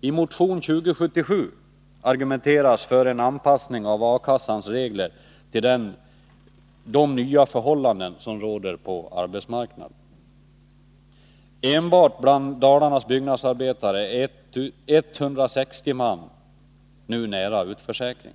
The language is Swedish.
I motion 2077 argumenteras för en anpassning av A-kassans regler till de nya förhållanden som råder på arbetsmarknaden. Enbart bland Dalarnas byggnadsarbetare är 160 man nu nära utförsäkring.